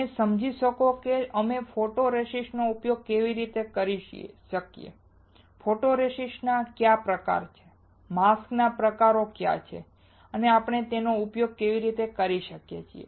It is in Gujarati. તમે સમજી શકશો કે અમે ફોટોરેસિસ્ટનો ઉપયોગ કેવી રીતે કરી શકીએ ફોટોરેસિસ્ટ કયા પ્રકારો છે માસ્કના પ્રકારો કયા છે અને આપણે તેનો ઉપયોગ કેવી રીતે કરી શકીએ